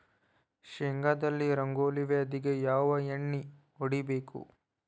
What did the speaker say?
ಶೇಂಗಾದಲ್ಲಿ ರಂಗೋಲಿ ವ್ಯಾಧಿಗೆ ಯಾವ ಎಣ್ಣಿ ಹೊಡಿಬೇಕು?